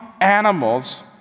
animals